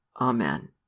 Amen